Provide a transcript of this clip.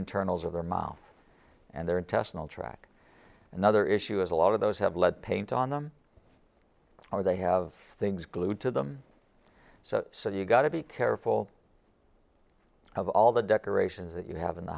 internals of their mouth and their intestinal track another issue is a lot of those have lead paint on them or they have things glued to them so so you've got to be careful of all the decorations that you have in the